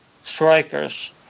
strikers